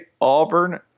Auburn